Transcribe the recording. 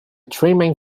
trimming